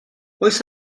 oes